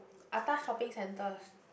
atas shopping centres